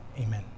Amen